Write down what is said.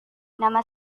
nama